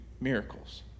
miracles